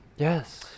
Yes